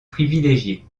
privilégié